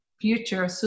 future